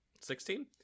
Sixteen